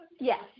yes